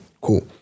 Cool